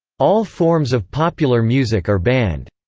all forms of popular music are banned.